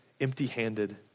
empty-handed